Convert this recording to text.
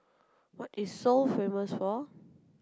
what is Seoul famous for